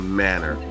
manner